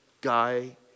guy